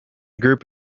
group